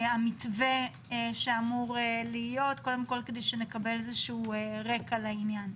מתווה שאמור להיות כדי שנקבל רקע לעניין.